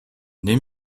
nimm